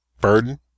burden